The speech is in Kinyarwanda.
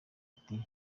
ati